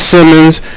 Simmons